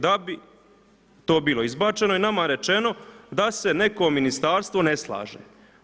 Da bi to bilo izbačeno i nama rečeno da se neko ministarstvo ne slaže.